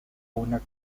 una